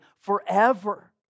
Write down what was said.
forever